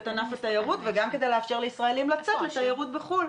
את ענף התיירות וגם כדי לאפשר לישראלים לצאת לתיירות לחו"ל,